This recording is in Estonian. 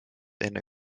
enne